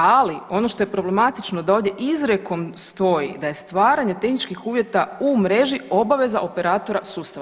Ali ono što je problematično da ovdje izrijekom stoji da je stvaranje tehničkih uvjeta u mreži obaveza operatora sustava.